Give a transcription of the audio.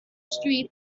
street